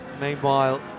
meanwhile